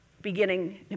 beginning